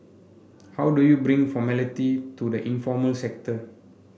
how do you bring formality to the informal sector